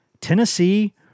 Tennessee